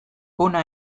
hona